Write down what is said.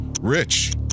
Rich